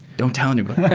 don't tell anybody